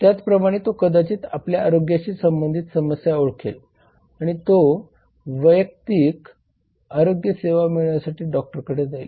त्याचप्रमाणे तो कदाचित त्याच्या आरोग्याशी संबंधित समस्या ओळखेल आणि तो व्यक्ती आरोग्य सेवा मिळवण्यासाठी डॉक्टरकडे जाईल